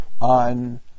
on